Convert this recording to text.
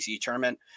tournament